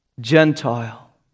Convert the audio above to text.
Gentile